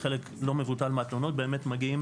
חלק לא מבוטל באמת מגיעים